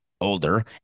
older